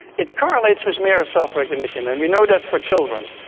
it correlates with mirror self-recognition, and we know that for children.